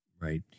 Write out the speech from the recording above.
Right